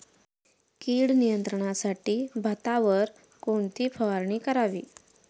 कीड नियंत्रणासाठी भातावर कोणती फवारणी करावी?